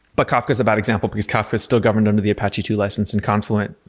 but kafka is a bad example, because kafka is still governed under the apache two license, and confluent